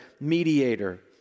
mediator